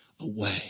away